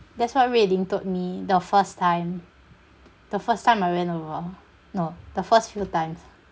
that's what rui lin told me the first time the first time I went over no the first few times